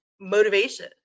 motivation